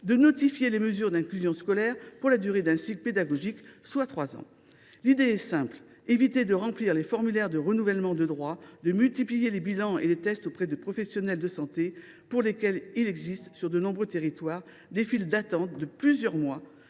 de notifier les mesures d’inclusion scolaire pour la durée d’un cycle pédagogique, soit trois ans. L’idée est simple : éviter d’avoir à remplir les formulaires de renouvellement de droits, ou encore de multiplier les bilans et les tests auprès de professionnels de santé pour lesquels il existe, sur de nombreux territoires, des files d’attente de plusieurs mois.